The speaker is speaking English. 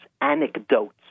anecdotes